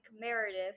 Meredith